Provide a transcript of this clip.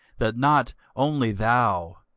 that not only thou,